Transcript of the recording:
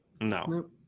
No